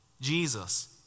Jesus